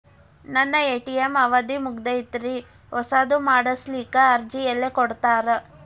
ನನ್ನ ಎ.ಟಿ.ಎಂ ಅವಧಿ ಮುಗದೈತ್ರಿ ಹೊಸದು ಮಾಡಸಲಿಕ್ಕೆ ಅರ್ಜಿ ಎಲ್ಲ ಕೊಡತಾರ?